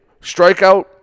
strikeout